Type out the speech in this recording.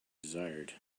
desired